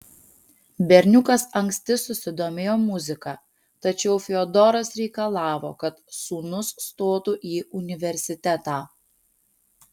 berniukas anksti susidomėjo muzika tačiau fiodoras reikalavo kad sūnus stotų į universitetą